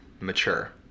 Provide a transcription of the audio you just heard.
mature